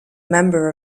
member